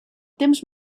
temps